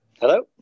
Hello